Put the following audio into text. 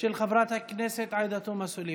של חברת הכנסת עאידה תומא סלימאן.